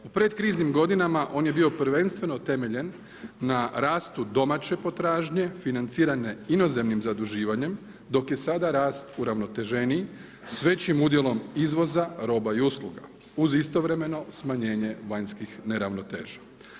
U pred kriznim godinama on je bio prvenstveno temeljen na rastu domaće potražnje, financiranja inozemnim zaduživanjem, dok je sada rast uravnoteženiji, s većim udjelom izvoza, roba i usluga uz istovremeno smanjenje vanjskih neravnoteža.